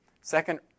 Second